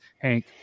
Hank